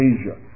Asia